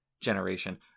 generation